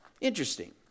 Interesting